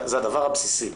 זה הדבר הבסיסי,